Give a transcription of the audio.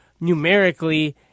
numerically –